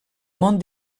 món